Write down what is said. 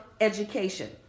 education